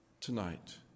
tonight